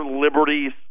Liberties